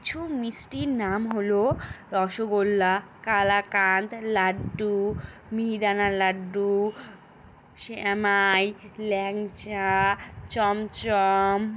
কিছু মিষ্টির নাম হলো রসগোল্লা কালাকাঁদ লাড্ডু মিহিদানা লাড্ডু শ্যামাই ল্যাংচা চমচম